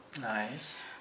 nice